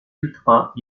ultras